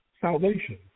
salvation